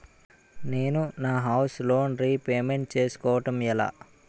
నేను నా housing loan repayment చేసుకోవటం ఎలా?